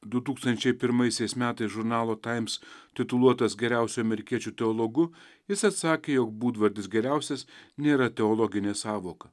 du tūkstančiai pirmaisiais metais žurnalo taims tituluotas geriausiu amerikiečių teologu jis atsakė jog būdvardis geriausias nėra teologinė sąvoka